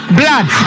blood